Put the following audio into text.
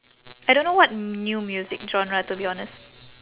I don't know what new music genre to be honest